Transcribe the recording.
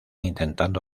intentando